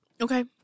Okay